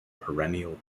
perennial